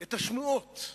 את השמועות,